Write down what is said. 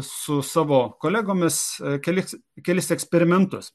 su savo kolegomis kelis kelis eksperimentus